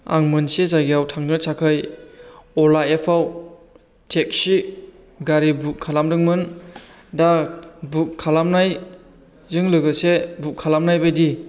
आं मोनसे जायगायाव थांनो थाखाय अला एफआव टेक्सि गारि बुक खालामदोंमोन दा बुक खालामनायजों लोगोसे बुक खालामनाय बायदि